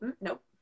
nope